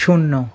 শূন্য